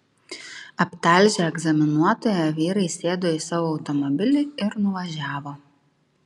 aptalžę egzaminuotoją vyrai sėdo į savo automobilį ir nuvažiavo